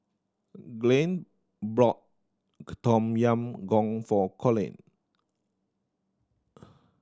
Glynn brought Tom Yam Goong for Colin